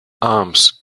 arms